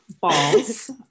balls